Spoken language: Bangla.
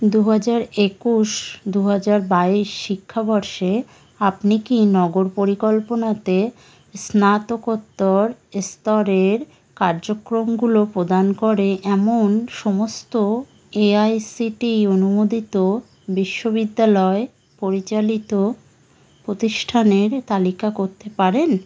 দু হাজার একুশ দু হাজার বাইশ শিক্ষাবর্ষে আপনি কি নগর পরিকল্পনাতে স্নাতকোত্তর স্তরের কার্যক্রমগুলো প্রদান করে এমন সমস্ত A I C T E অনুমোদিত বিশ্ববিদ্যালয় পরিচালিত প্রতিষ্ঠানের তালিকা করতে পারেন